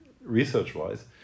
research-wise